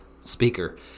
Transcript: speaker